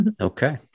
Okay